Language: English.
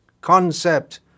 concept